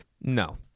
No